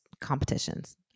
competitions